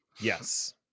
Yes